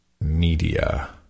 Media